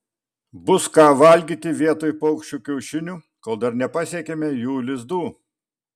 bus ką valgyti vietoj paukščių kiaušinių kol dar nepasiekėme jų lizdų